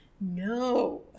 No